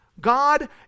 God